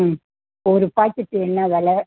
ம் ஒரு பாக்கெட்டு என்ன விலை